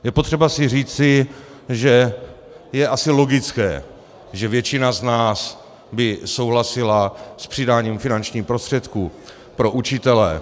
Je potřeba si říci, že je asi logické, že většina z nás by souhlasila s přidáním finančních prostředků pro učitele.